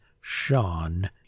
Sean